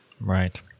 Right